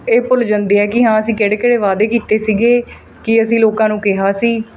ਇਹ ਭੁੱਲ ਜਾਂਦੇ ਆ ਕਿ ਹਾਂ ਅਸੀਂ ਕਿਹੜੇ ਕਿਹੜੇ ਵਾਅਦੇ ਕੀਤੇ ਸੀਗੇ ਕੀ ਅਸੀਂ ਲੋਕਾਂ ਨੂੰ ਕਿਹਾ ਸੀ